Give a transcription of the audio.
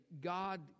God